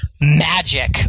magic